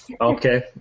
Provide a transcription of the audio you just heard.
Okay